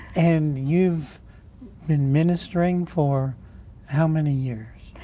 and you've been ministering for how many years?